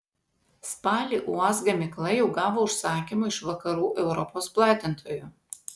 spalį uaz gamykla jau gavo užsakymų iš vakarų europos platintojų